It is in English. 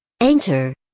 Enter